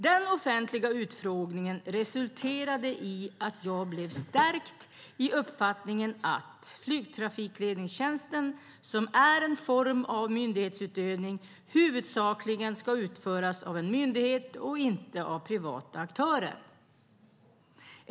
Den offentliga utfrågningen resulterade i att jag blev stärkt i uppfattningen att flygtrafikledningstjänsten, som är en form av myndighetsutövning, huvudsakligen ska utföras av en myndighet och inte av privata aktörer.